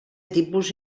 tipus